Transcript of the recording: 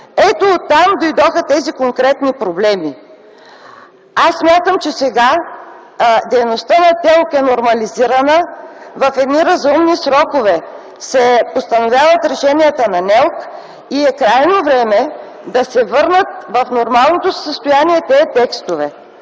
Ето, оттам дойдоха тези конкретни проблеми. Аз смятам, че сега дейността на ТЕЛК е нормализирана, в едни разумни срокове се постановяват решенията на НЕЛК, и е крайно време да се върнат в нормалното си състояние тези текстове.